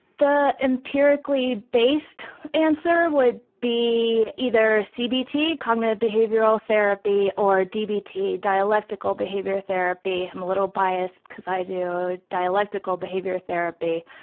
the empirically based answer would be either cbt, cognitive behavioral therapy, or dbt, dialectical behavioral therapy. i'm a little biased because i do dialectical behavioral therapy.